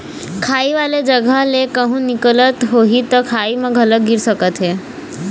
खाई वाले जघा ले कहूँ निकलत होही त खाई म घलोक गिर सकत हे